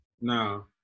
No